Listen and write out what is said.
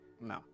No